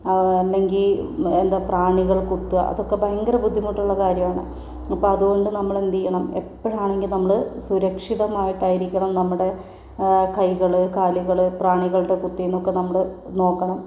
അല്ലെങ്കിൽ എന്താ പ്രാണികൾ കുത്തുക അതൊക്കെ ഭയങ്കര ബുദ്ധിമുട്ടുള്ള കാര്യമാണ് അപ്പോൾ അതുകൊണ്ട് നമ്മള് എന്ത് ചെയ്യണം എപ്പോഴാണെങ്കിലും നമ്മള് സുരക്ഷിതമായിട്ടായിരിക്കണം നമ്മുടെ കൈകള് കാലുകള് പ്രാണികളുടെ കുത്തിൽനിന്നൊക്കെ നമ്മള് നോക്കണം